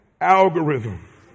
algorithm